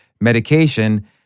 medication